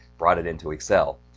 brought it into excel.